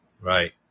right